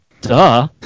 Duh